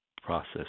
process